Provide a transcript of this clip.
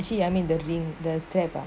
actually I mean the ring the strap ah